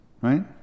Right